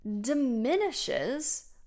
diminishes